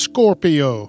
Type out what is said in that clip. Scorpio